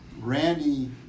randy